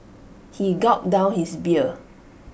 he gulped down his beer